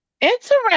Interesting